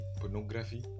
pornography